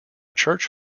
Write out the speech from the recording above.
church